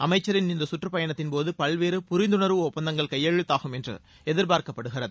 அமைச்சரின் இந்த கற்றுப்பயணத்தின்போது பல்வேறு புரிந்துணர்வு ஒப்பந்தங்கள் கையெழுத்தாகும் என்று எதிர்பார்க்கப்படுகிறது